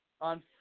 on